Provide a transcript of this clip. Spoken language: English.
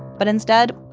but instead,